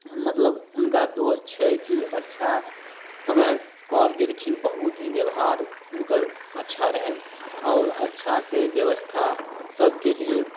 मतलब हुनका दोष छै कि अच्छा हमरा कऽ गेलखिन बहुत ही व्यबहार हुनकर अच्छा रहै आओर अच्छा से व्यवस्था सबके लिए